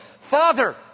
Father